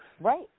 right